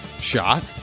shot